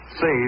save